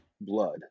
blood